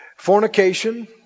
Fornication